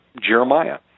Jeremiah